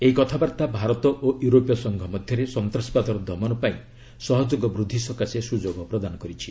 ଏହି କଥାବାର୍ତ୍ତା ଭାରତ ଓ ୟୁରୋପୀୟ ସଂଘ ମଧ୍ୟରେ ସନ୍ତାସବାଦର ଦମନ ପାଇଁ ସହଯୋଗ ବୃଦ୍ଧି ସକାଶେ ସୁଯୋଗ ପ୍ରଦାନ କରିଛି